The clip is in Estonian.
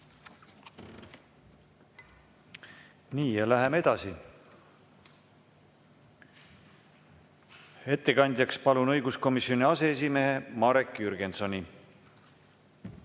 Nii, läheme edasi. Ettekandjaks palun õiguskomisjoni aseesimehe Marek Jürgensoni.